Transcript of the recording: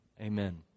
Amen